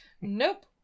Nope